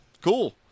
cool